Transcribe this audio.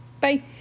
Bye